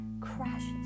crashes